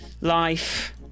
life